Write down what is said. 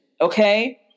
Okay